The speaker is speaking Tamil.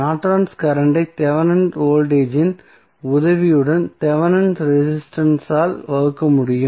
நார்டன்ஸ் கரண்ட் ஐ தெவெனின் வோல்டேஜ் இன் Thevenins voltage உதவியுடன் தெவெனின் ரெசிஸ்டன்ஸ் ஆல் வகுக்க முடியும்